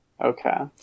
Okay